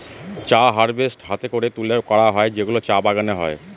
চা হারভেস্ট হাতে করে তুলে করা হয় যেগুলো চা বাগানে হয়